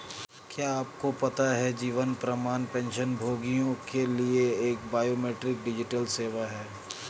क्या आपको पता है जीवन प्रमाण पेंशनभोगियों के लिए एक बायोमेट्रिक डिजिटल सेवा है?